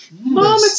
Mom